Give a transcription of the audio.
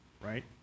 Right